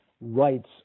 rights